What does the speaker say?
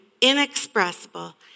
inexpressible